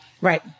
Right